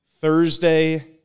Thursday